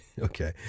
Okay